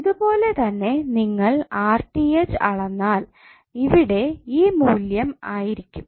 ഇത്പോലെത്തന്നെ നിങ്ങൾ അളന്നാൽ ഇവിടെ ഈ മൂല്യം ആയിരിക്കും